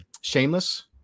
Shameless